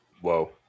Whoa